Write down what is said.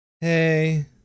Hey